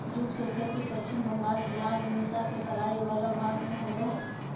jute के खेती पश्चिम बंगाल बिहार उड़ीसा के तराई वला भाग में होबो हइ